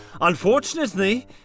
Unfortunately